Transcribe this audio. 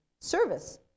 service